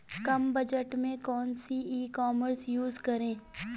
कम budget में कौन सी ई कॉमर्स यूज़ करें?